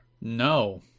No